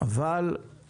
אבל אנחנו